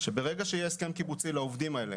שברגע שיהיה הסכם קיבוצי לעובדים האלה